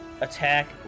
attack